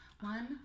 one